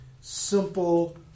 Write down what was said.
simple